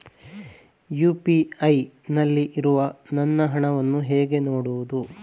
UPI ನಲ್ಲಿ ಇರುವ ನಮ್ಮ ಹಣವನ್ನು ಹೇಗೆ ನೋಡುವುದು?